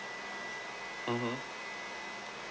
mmhmm